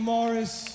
Morris